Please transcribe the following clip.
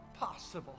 possible